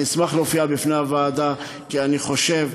אני אשמח להופיע בפני הוועדה, כי אני חושב,